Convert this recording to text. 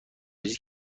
ریزی